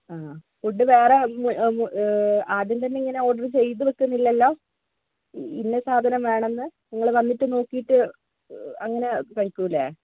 ആ ഫുഡ് വേറെ ആദ്യം തന്നെ ഇങ്ങനെ ഓർഡർ ചെയ്ത് വെക്കുന്നില്ലല്ലോ ഇന്ന സാധനം വേണമെന്ന് നിങ്ങൾ വന്നിട്ട് നോക്കീട്ട് ആ അങ്ങനെയല്ലേ കഴിക്കൂലേ